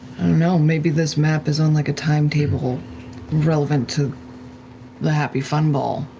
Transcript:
know, maybe this map is on like a timetable relevant to the happy fun ball.